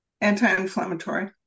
Anti-inflammatory